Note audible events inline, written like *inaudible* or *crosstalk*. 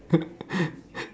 *laughs*